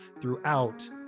throughout